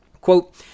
Quote